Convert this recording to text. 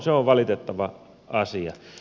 se on valitettava asia